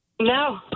No